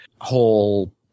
whole